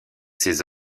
ses